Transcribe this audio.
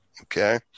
Okay